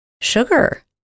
sugar